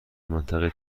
منطقه